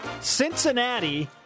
Cincinnati